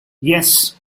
yes